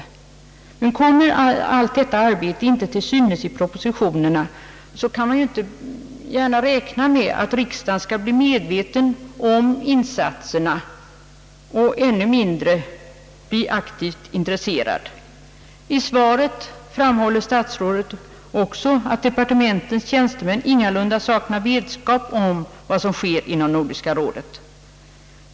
Kommer inte allt detta arbete till synes i propositionerna, kan man inte gärna räkna med att riksdagen skall bli med veten om insatserna, ännu mindre bli aktivt intresserad. I svaret framhåller statsrådet att departementens tjänstemän «ingalunda saknar vetskap om vad som sker inom Nordiska rådet.